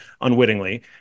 unwittingly